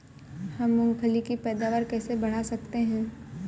हम मूंगफली की पैदावार कैसे बढ़ा सकते हैं?